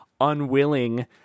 unwilling